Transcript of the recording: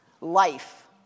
Life